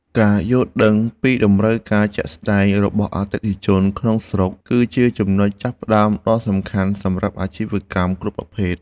ការយល់ដឹងពីតម្រូវការជាក់ស្តែងរបស់អតិថិជនក្នុងស្រុក គឺជាចំណុចចាប់ផ្តើមដ៏សំខាន់សម្រាប់អាជីវកម្មគ្រប់ប្រភេទ។